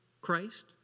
Christ